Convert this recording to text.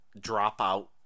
dropout